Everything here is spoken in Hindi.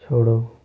छोड़ो